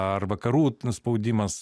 ar vakarų spaudimas